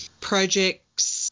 projects